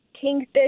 kingfish